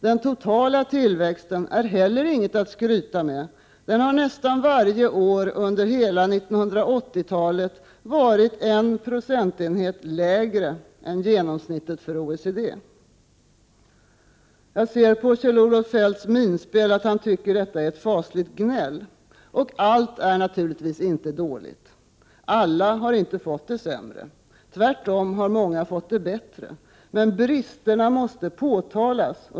Den totala tillväxten är heller inget att skryta med — den har nästan varje år under 1980-talet varit 1 procentenhet lägre än genomsnittet för OECD. Av finansministerns miner förstår jag att han tycker att detta är ett fasligt gnäll. Men allt är naturligtvis inte dåligt. Alla har inte fått det sämre. Tvärtom har många fått det bättre. Men bristerna måste påtalas.